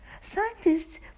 Scientists